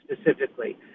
specifically